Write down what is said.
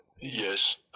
Yes